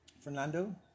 Fernando